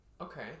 Okay